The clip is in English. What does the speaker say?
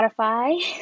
Spotify